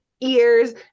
ears